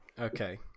okay